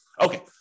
Okay